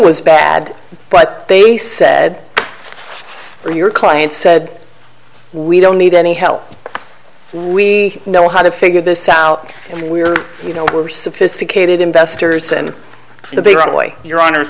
was bad but they said your client said we don't need any help we know how to figure this out and we're you know we're sophisticated investors and the big boy your honor